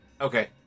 Okay